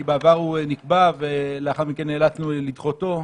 כי בעבר הוא נקבע ולאחר מכן נאלצנו לדחותו,